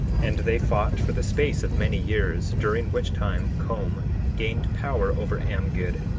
and they fought for the space of many years, during which time com gained power over amgid,